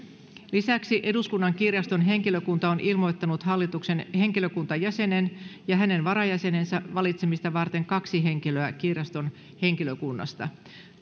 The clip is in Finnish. lisäksi eduskunnan kirjaston henkilökunta on ilmoittanut hallituksen henkilökuntajäsenen ja hänen varajäsenensä valitsemista varten kaksi henkilöä kirjaston henkilökunnasta